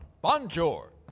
Bonjour